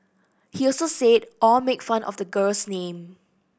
he also said Au made fun of the girl's name